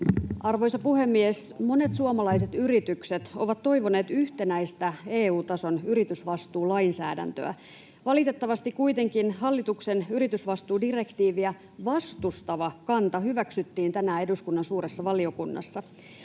Arvoisa puhemies! Monet suomalaiset yritykset ovat toivoneet yhtenäistä EU-tason yritysvastuulainsäädäntöä. Valitettavasti kuitenkin hallituksen yritysvastuudirektiiviä vastustava kanta hyväksyttiin tänään eduskunnan suuressa valiokunnassa.